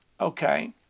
Okay